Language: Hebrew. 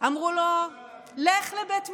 אמרו לו: לך לבית משפט,